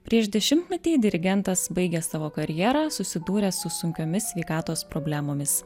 prieš dešimtmetį dirigentas baigė savo karjerą susidūręs su sunkiomis sveikatos problemomis